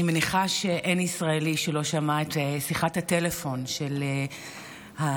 אני מניחה שאין ישראלי שלא שמע את שיחת הטלפון של המחבל